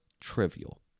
trivial